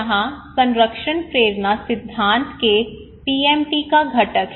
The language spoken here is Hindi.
यहाँ संरक्षण प्रेरणा सिद्धांत के पीएमटी का घटक है